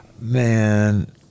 Man